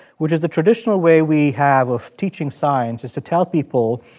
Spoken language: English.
which is the traditional way we have of teaching science is to tell people,